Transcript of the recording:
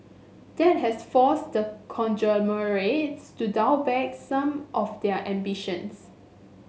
that has forced the conglomerates to dial back some of their ambitions